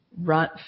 run